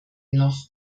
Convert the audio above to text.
noch